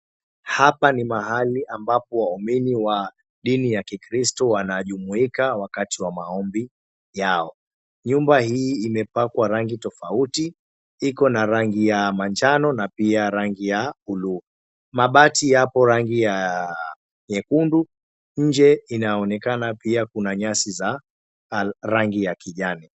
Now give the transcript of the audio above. Hapa ni mahali ambapo waumini wa dini ya kikristo wanajumuika wakati wa maombi yao. Nyumba hii imepakwa rangi tofauti. Iko na rangi ya manjano na pia rangi ya buluu. Mabati yapo rangi ya nyekundu. Nje inaonekana pia kuna nyasi za rangi ya kijani.